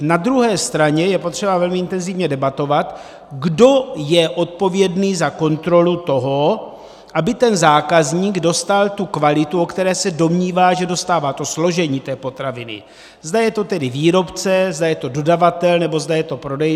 Na druhé straně je potřeba velmi intenzivně debatovat, kdo je odpovědný za kontrolu toho, aby ten zákazník dostal kvalitu, o které se domnívá, že dostává, to složení potraviny, zda je to tedy výrobce, zda je to dodavatel, nebo zda je to prodejce.